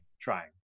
trying